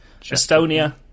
Estonia